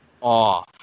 off